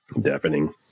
deafening